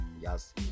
yes